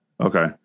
Okay